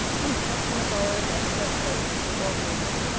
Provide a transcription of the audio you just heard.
in such an abode, and so close to the orgreaves,